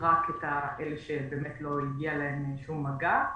רק את אלה שלא הגיעו למגע,